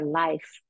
life